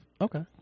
okay